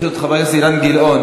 גם חבר הכנסת אילן גילאון